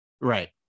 Right